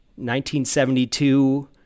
1972